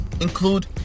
include